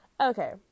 Okay